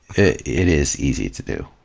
it is easy to do.